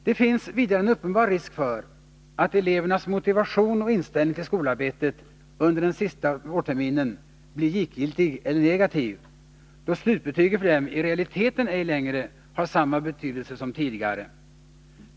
Det finns vidare en uppenbar risk för att elevernas motivation minskar och att deras inställning till skolarbetet under den sista vårterminen blir likgiltig eller negativ, då slutbetyget för dem i realiteten ej längre har samma betydelse som tidigare.